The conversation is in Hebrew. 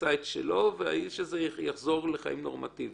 עשה את שלו והאיש הזה יחזור לחיים נורמטיביים.